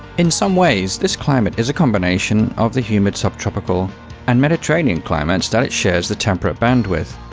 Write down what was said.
in some ways, this climate is a combination of the humid subtropical and mediterranean climates that it shares the temperate band with.